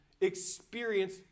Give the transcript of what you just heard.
experience